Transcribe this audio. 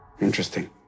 Interesting